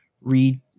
read